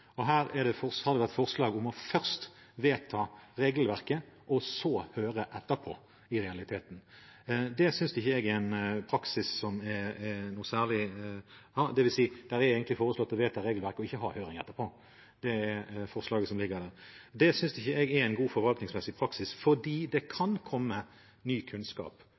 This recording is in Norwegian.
omvendt. Her har det vært forslag om først å vedta regelverket og så høre etterpå, i realiteten. Det synes ikke jeg er en praksis som er særlig bra – dvs. det er egentlig foreslått å vedta regelverket og ikke ha høring etterpå i det forslaget som ligger der. Det synes ikke jeg er en god forvaltningsmessig praksis, fordi det kan komme ny kunnskap